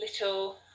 little